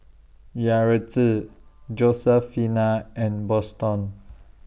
Yaretzi Josefina and Boston